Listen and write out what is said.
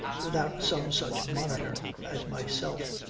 without some such monitor as myself,